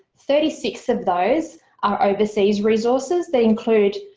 thirty six of those are overseas resources they include,